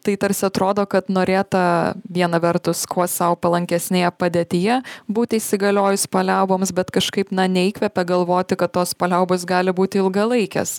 tai tarsi atrodo kad norėta viena vertus kuo sau palankesnėje padėtyje būti įsigaliojus paliauboms bet kažkaip na neįkvepia galvoti kad tos paliaubos gali būti ilgalaikės